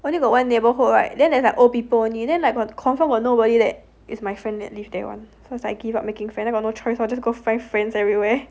only got one neighborhood [what] then there's like old people only then like confirm got nobody that is my friend that live there [one] so is like I give up making friend I got no choice lor I just go find friends everywhere